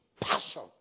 passion